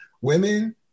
women